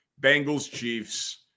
Bengals-Chiefs